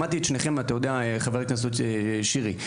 שמעתי את שניכם, חבר הכנסת שירי.